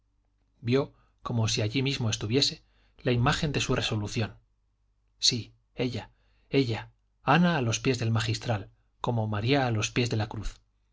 vio como si allí mismo estuviese la imagen de su resolución sí ella ella ana a los pies del magistral como maría a los pies de la cruz